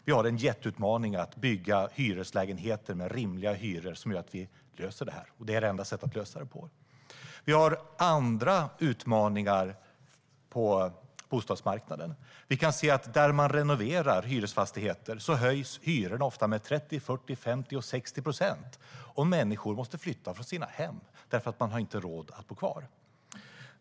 Vi har en jätteutmaning i att bygga hyreslägenheter med rimliga hyror som gör att vi löser det. Det är enda sättet att lösa det på. Vi har andra utmaningar på bostadsmarknaden. Vi kan se att där man renoverar hyresfastigheter höjs hyrorna ofta med 30, 40, 50 och 60 procent, och människor måste flytta från sina hem för att de inte har råd att bo kvar.